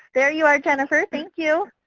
there you are jennifer. thank you.